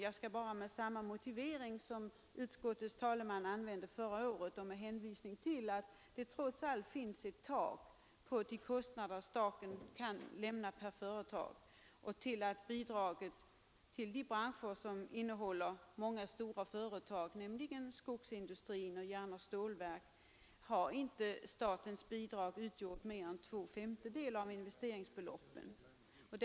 Jag hänvisar bara till den motivering som utskottets talesman anförde förra året. Trots allt finns det ett tak för de bidrag per företag som staten kan lämna. Statens bidrag till de branscher som har många stora företag — skogsindustrin samt järnoch stålverksindustrin — har inte utgjort mer än två femtedelar av investeringsbeloppet genomsnittligt.